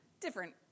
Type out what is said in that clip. different